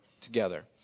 together